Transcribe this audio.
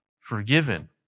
forgiven